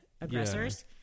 aggressors